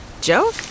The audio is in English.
Joe